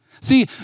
See